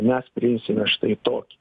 mes priimsime štai tokį